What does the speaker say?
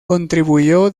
contribuyó